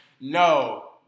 No